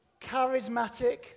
charismatic